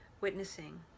witnessing